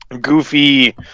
goofy